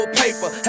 paper